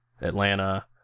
Atlanta